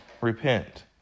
Repent